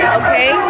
okay